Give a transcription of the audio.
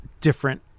different